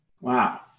Wow